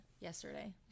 yesterday